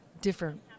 different